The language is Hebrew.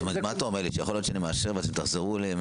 אתה אומר שיכול להיות שאאשר ותחזרו אלינו עם